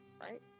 Right